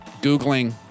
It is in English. Googling